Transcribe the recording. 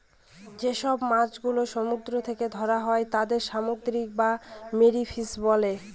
যেসব মাছ গুলো সমুদ্র থেকে ধরা হয় তাদের সামুদ্রিক বা মেরিন ফিশ বলে